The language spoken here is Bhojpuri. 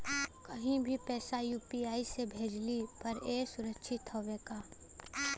कहि भी पैसा यू.पी.आई से भेजली पर ए सुरक्षित हवे का?